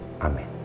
Amen